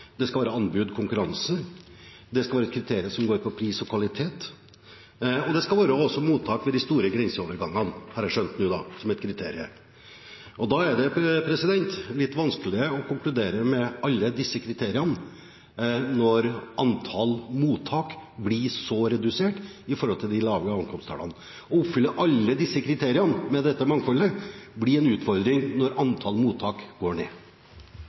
Det skal være anbud – konkurranse. Det skal være kriterier som går på pris og kvalitet, og at det skal være mottak ved de store grenseovergangene, har jeg nå skjønt er et kriterium. Da er det litt vanskelig å konkludere med alle disse kriteriene når antall mottak blir så redusert i forhold til de lave ankomsttallene. Å oppfylle alle disse kriteriene, med dette mangfoldet, blir en utfordring når antall mottak går ned.